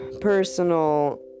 personal